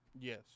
Yes